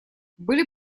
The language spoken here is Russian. были